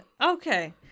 Okay